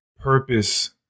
purpose